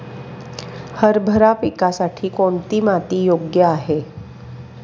हरभरा पिकासाठी कोणती माती योग्य आहे?